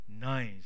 nice